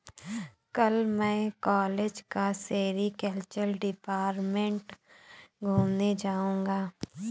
कल मैं कॉलेज का सेरीकल्चर डिपार्टमेंट घूमने जाऊंगा